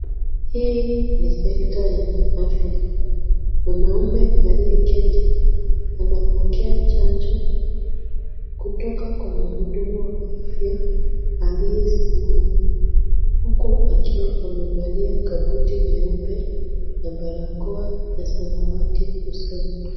Hii ni sekta ya afya, mwanaume aliyeketi anapokea chanjo kutoka kwa mhudumu wa afya aliyesimama huku akiwa amevalia kabuti nyeupe na barakoa ya samawati usoni.